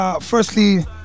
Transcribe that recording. Firstly